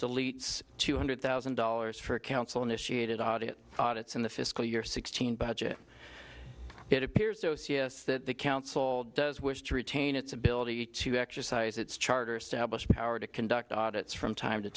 deletes two hundred thousand dollars for council initiated audit audits in the fiscal year sixteen budget it appears o c s that the council does wish to retain its ability to exercise its charter stablished power to conduct audits from time to